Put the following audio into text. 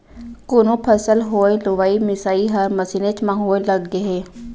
कोनो फसल होय लुवई मिसई हर मसीनेच म होय लग गय हे